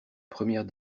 première